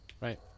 Right